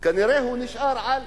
כנראה הוא נשאר "על",